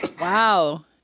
Wow